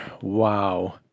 Wow